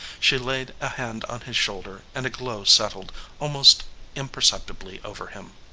she laid a hand on his shoulder and a glow settled almost imperceptibly over him.